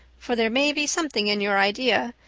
for there may be something in your idea,